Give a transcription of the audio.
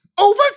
over